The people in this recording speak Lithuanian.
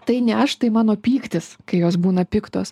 tai ne aš tai mano pyktis kai jos būna piktos